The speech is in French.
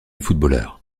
footballeur